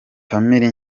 family